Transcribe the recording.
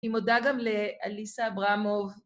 ‫היא מודה גם לאליסה אברמוב.